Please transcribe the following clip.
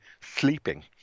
sleeping